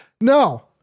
no